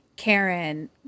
Karen